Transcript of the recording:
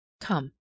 Come